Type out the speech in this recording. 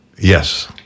Yes